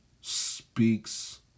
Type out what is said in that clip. speaks